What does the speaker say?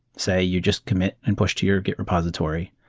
say, you just commit and push to your git repository,